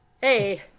hey